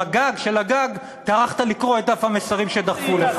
בגג של הגג טרחת לקרוא את דף המסרים שדחפו לך.